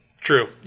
True